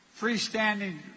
freestanding